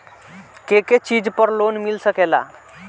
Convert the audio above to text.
के के चीज पर लोन मिल सकेला?